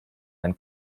ein